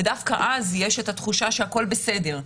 דווקא אז יש את התחושה שהכול בסדר.